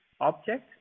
object